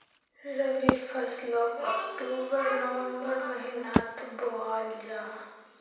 रबी फस्लोक October November महिनात बोआल जाहा